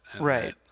Right